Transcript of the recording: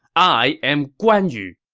i am guan yu!